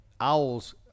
owls